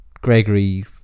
Gregory